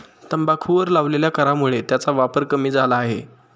तंबाखूवर लावलेल्या करामुळे त्याचा वापर कमी झाला आहे